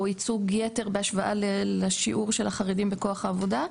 ייצוג יתר בהשוואה לשיעור של החרדים בכוח העבודה.